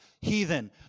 heathen